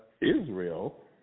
Israel